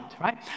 right